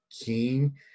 king